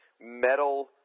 metal